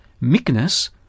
meekness